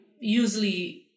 usually